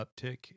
uptick